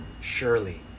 Surely